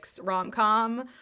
rom-com